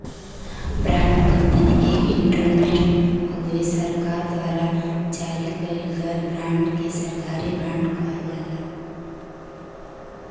bond company एक instrument हउवे सरकार द्वारा जारी कइल गयल बांड के सरकारी बॉन्ड कहल जाला